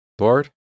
Lord